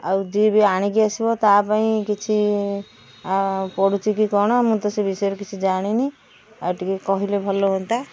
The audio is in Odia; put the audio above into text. ଆଉ ଯିଏ ବି ଆଣିକି ଆସିବ ତା'ପାଇଁ ଭି କିଛି ପଡୁଛି କି କ'ଣ ମୁଁ ତ ସେ ବିଷୟରେ କିଛି ଜାଣିନି ଆଉ ଟିକେ କହିଲେ ଭଲ ହୁଅନ୍ତା